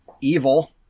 evil